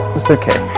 was okay